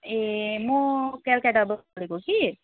ए म कलकत्ताबाट बोलेको कि